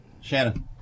Shannon